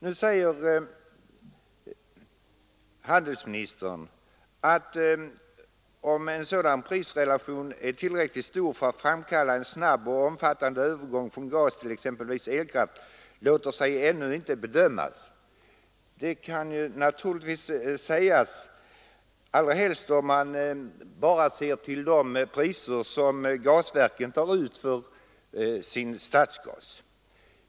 Nu säger handelsministern: ”Huruvida denna förändring av prisrelationerna är tillräckligt stor för att framkalla en snabb och omfattande övergång från gas till exempelvis elkraft, låter sig ännu inte bedömas.” Det kan naturligtvis sägas, allra helst om man bara ser till de priser som gasverken tar ut för sin stadsgas.